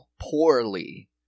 poorly